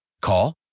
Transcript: Call